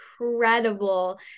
Incredible